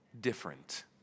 different